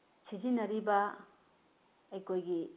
ꯁꯤꯖꯤꯟꯅꯔꯤꯕ ꯑꯩꯈꯣꯏꯒꯤ